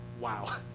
wow